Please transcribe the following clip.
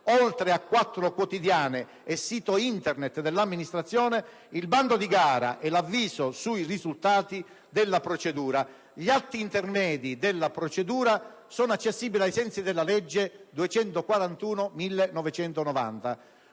oltre a quattro quotidiani e sito Internet dell'amministrazione) il bando di gara e l'avviso sui risultati della procedura. Gli atti intermedi della procedura sono accessibili ai sensi della legge n.